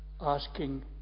asking